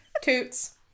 Toots